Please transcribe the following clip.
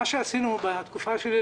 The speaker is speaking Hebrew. מה שעשינו בתקופה שלי,